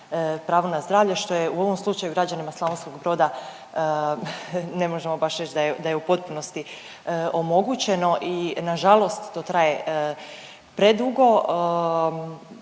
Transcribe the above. pravo na zdravlje, što je u ovom slučaju građanima Slavonskog Broda, ne možemo baš reći da je u potpunosti omogućeno i nažalost to traje predugo.